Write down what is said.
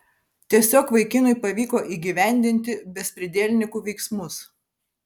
tiesiog vaikinui pavyko įgyvendinti bezpridielnikų veiksmus